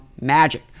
Magic